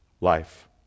life